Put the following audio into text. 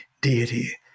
deity